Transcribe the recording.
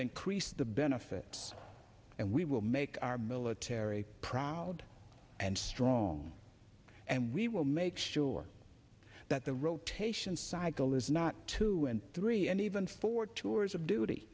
increase the benefits and we will make our military proud and strong and we will make sure that the rotation cycle is not two and three and even four tours of duty